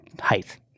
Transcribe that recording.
height